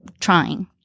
trying